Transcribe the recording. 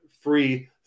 free